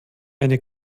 eine